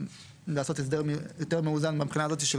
לעשות הסדר יותר מאוזן מהבחינה הזאת של